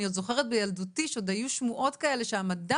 אני עוד זוכרת בילדותי שעוד היו שמועות כאלה שהמדע